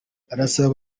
arasaba